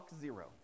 Zero